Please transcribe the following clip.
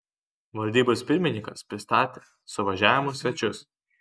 valdybos pirmininkas pristatė suvažiavimo svečius